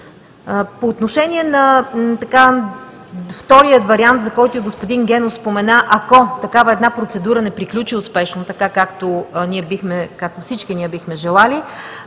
По отношение на втория вариант, за който и господин Генов спомена, ако такава една процедура не приключи успешно, така както всички ние бихме желали,